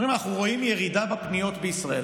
הם אומרים, אנחנו רואים ירידה בפניות בישראל.